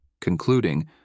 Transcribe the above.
Concluding